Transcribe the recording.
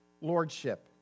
lordship